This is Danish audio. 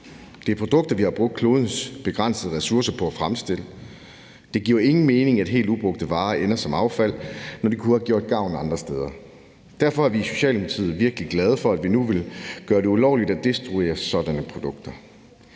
Det er produkter, vi har brugt klodens begrænsede ressourcer på at fremstille. Det giver ingen mening, at helt ubrugte varer ender som affald, når de kunne have gjort gavn andre steder. Derfor er vi i Socialdemokratiet virkelig glade for, at vi nu vil gøre det ulovligt at destruere sådanne produkter.